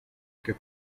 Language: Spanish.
que